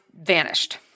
vanished